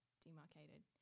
demarcated